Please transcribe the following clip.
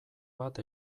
bat